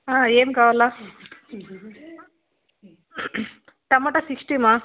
ఏం కావాలా tomato sixty మా